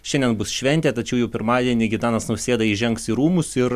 šiandien bus šventė tačiau jau pirmadienį gitanas nausėda įžengs į rūmus ir